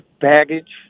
baggage